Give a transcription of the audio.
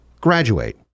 graduate